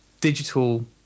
digital